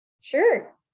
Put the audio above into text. Sure